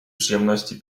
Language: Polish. przyjemności